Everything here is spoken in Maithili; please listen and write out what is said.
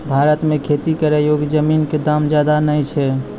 भारत मॅ खेती करै योग्य जमीन कॅ दाम ज्यादा नय छै